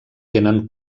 tenen